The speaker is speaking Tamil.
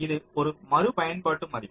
இது ஒரு மறுபயன்பாட்டு மதிப்பு